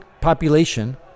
population